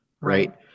right